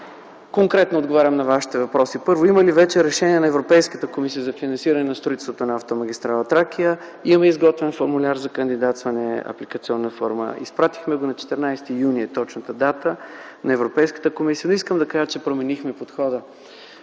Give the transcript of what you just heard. конкретно на Вашите въпроси. Първо, има ли вече решение на Европейската комисия за финансиране строителството на автомагистрала „Тракия”? Имаме изготвен формуляр за кандидатстване – апликационна форма. Изпратихме го на 14 юни т.г. на Европейската комисия. Ще кажа, че променихме подхода.